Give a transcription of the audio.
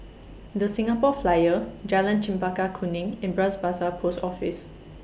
The Singapore Flyer Jalan Chempaka Kuning and Bras Basah Post Office